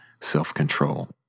self-control